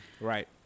Right